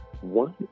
one